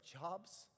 jobs